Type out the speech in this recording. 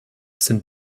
sind